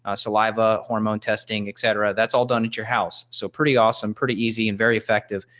ah saliva, hormone testing, et cetera. that's all done at your house. so pretty awesome, pretty easy and very effective.